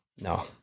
No